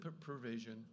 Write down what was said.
provision